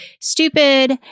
stupid